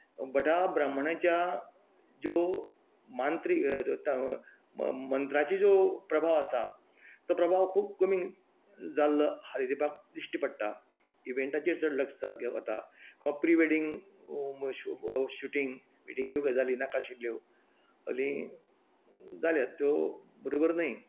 भटा ब्राम्हणाच्या ज्यो मांत्री मंत्राची ज्यो प्रभाव आसा तो प्रभाव खूब कमी जाल्लो हाली तेपाक दिश्टी पडटा इवेन्टाचेर चड लक्ष सारकें वता किंवा प्रि वेडिंग व व शुटिंग बिटींग ह्यो गजाली नाका आशिल्ल्यो हल्लीं जाल्या त्यो बरोबर न्ही